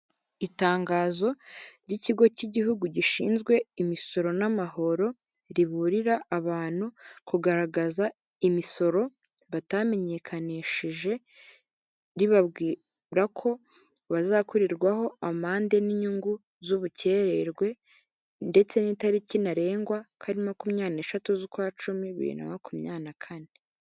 Itangazo ry'ikigo cy'igihugu gishinzwe imisoro n'amahoro riburira abantu kugaragaza imisoro batamenyekanishije ribabwira ko bazakurirwaho amande n'inyungu z'ubukererwe ndetse n'itariki ntarengwa ko ari makumyabiri neshatu z'ukwa cumi bibiri na makumya na kane.